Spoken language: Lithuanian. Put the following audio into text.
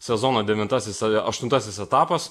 sezono devintasis aštuntasis etapas